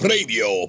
Radio